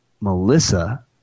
Melissa